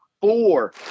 four